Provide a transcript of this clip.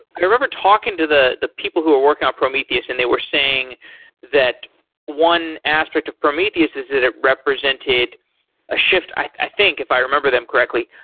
i remember talking to the the people who were working on prometheus and they were saying that one aspect of prometheus is that it represented a shift, i think if i remember them correctly,